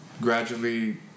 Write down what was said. gradually